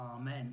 Amen